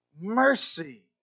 mercy